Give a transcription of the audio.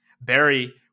Barry